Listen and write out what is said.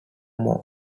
more